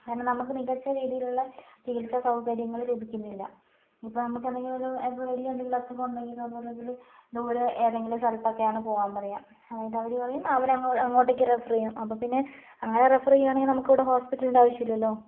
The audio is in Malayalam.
കാരണം നമുക്ക് മികച്ചരീതിലുള്ള ചികിത്സ സൗകര്യങ്ങള് ലഭിക്കുന്നില്ല ഇപ്പം നമുക്കെന്തെങ്കിലും ഒരു അൽപ്പം വലിയ എന്തെങ്കിലും അസുഖം ഉണ്ടെങ്കിലോ ഒന്നുല്ലെങ്കില് ദൂരെ ഏതെങ്കിലും സ്ഥലത്തൊക്കെയാണ് പോകാൻ പറയുക എന്നിട്ടവര് പറയും അവർ അങ്ങോട്ടേക്ക് റെഫറ് ചെയ്യും അപ്പോൾ പിന്നെ അങ്ങനെ റെഫറ് ചെയ്യുവാണെങ്കിൽ നമുക്കിവിടെ ഹോസ്പിറ്റലിൻ്റെ ആവശ്യം ഇല്ലല്ലോ